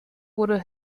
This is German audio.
wurde